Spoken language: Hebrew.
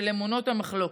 של אמונות ומחלוקת,